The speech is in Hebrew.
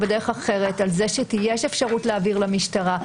בדרך אחרת על כך שיש אפשרות להעביר למשטרה,